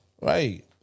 Right